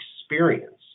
experience